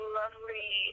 lovely